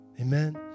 Amen